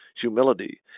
humility